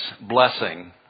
blessing